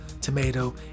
tomato